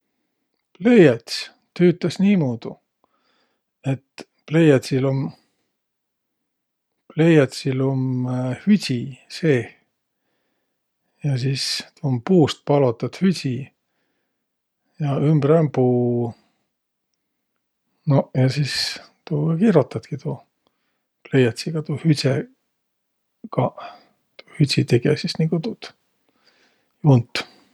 Pleiäts tüütäs niimuudu, et pleiädsil om, pleiätsil um hüdsi seeh ja sis, tuu um puust palotõt hüdsi ja ümbre um puu. Noq ja sis tuuga kirotatki tuu pleiätsigaq, tuu hüdsegaq. Tuu hüdsi tege sis nigu tuud juunt.